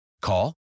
Call